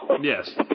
Yes